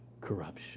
corruption